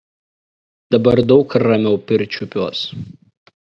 dabar daug ramiau pirčiupiuos